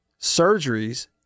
surgeries